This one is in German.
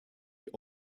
die